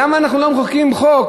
למה אנחנו לא מחוקקים חוק,